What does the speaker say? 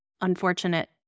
unfortunate